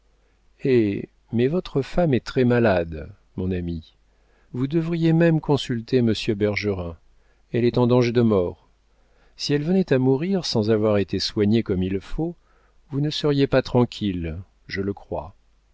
eh mais votre femme est très malade mon ami vous devriez même consulter monsieur bergerin elle est en danger de mort si elle venait à mourir sans avoir été soignée comme il faut vous ne seriez pas tranquille je le crois